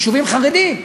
יישובים חרדיים,